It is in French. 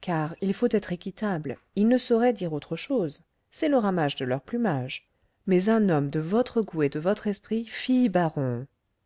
car il faut être équitable ils ne sauraient dire autre chose c'est le ramage de leur plumage mais un homme de votre goût et de votre esprit fi baron